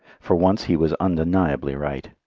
for once he was undeniably right.